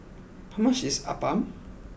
how much is Appam